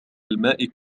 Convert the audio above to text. الماء